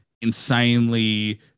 insanely